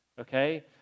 okay